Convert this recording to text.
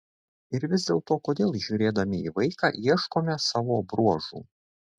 ir vis dėlto kodėl žiūrėdami į vaiką ieškome savo bruožų